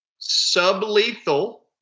sublethal